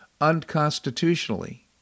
unconstitutionally